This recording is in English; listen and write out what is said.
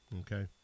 Okay